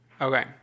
Okay